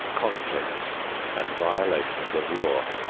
conflicts and violations of law.